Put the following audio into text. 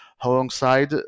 alongside